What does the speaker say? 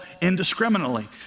indiscriminately